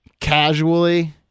casually